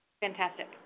Fantastic